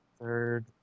Third